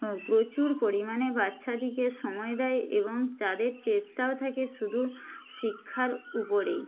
প্রচুর পরিমাণে বাচ্চাদেরকে সময় দেয় এবং তাদের চেষ্টাও থাকে শুধু শিক্ষার উপরেই